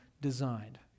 designed